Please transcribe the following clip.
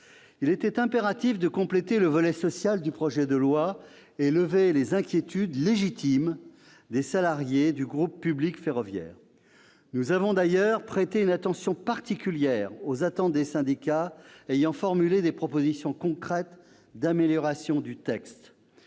Il était impératif de compléter le volet social du projet de loi et de lever les inquiétudes légitimes des salariés du groupe public ferroviaire. Nous avons d'ailleurs prêté une attention particulière aux attentes des syndicats ayant formulé des propositions concrètes d'amélioration du texte.